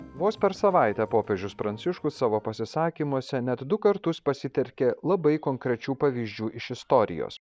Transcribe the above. vos per savaitę popiežius pranciškus savo pasisakymuose net du kartus pasitelkė labai konkrečių pavyzdžių iš istorijos